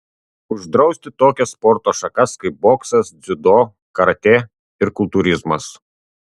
uždrausti tokias sporto šakas kaip boksas dziudo karatė ir kultūrizmas